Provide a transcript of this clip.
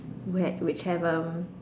where which have um